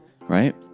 right